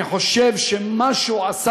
אני חושב שמה שהוא עשה,